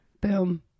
Boom